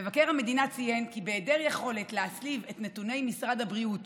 "מבקר המדינה ציין כי בהיעדר יכולת להצליב את נתוני משרד הבריאות